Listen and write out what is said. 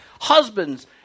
Husbands